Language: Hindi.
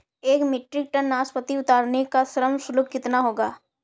एक मीट्रिक टन नाशपाती उतारने का श्रम शुल्क कितना होगा?